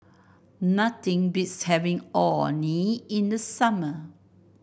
nothing beats having Orh Nee in the summer